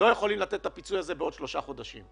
לא יכולים לתת את הפיצוי הזה בעוד שלושה חודשים,